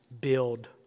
build